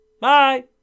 Bye